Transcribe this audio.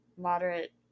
moderate